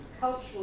cultural